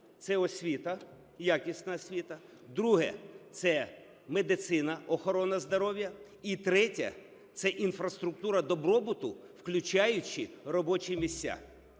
це освіта, якісна освіта. Друге – це медицина, охорона здоров'я. І третє – це інфраструктура добробуту, включаючи робочі місця.